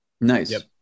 Nice